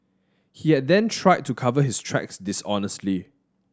he had then tried to cover his tracks dishonestly